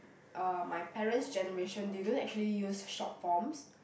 uh my parent's generation they don't actually use short forms